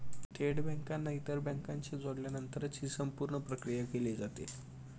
थेट बँकांना इतर बँकांशी जोडल्यानंतरच ही संपूर्ण प्रक्रिया केली जाते